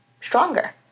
stronger